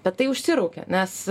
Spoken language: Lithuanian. bet tai užsiraukė nes